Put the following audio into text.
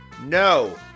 No